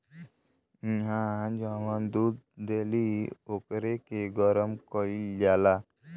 गइया जवन दूध देली ओकरे के गरम कईल जाला